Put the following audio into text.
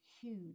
huge